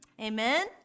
amen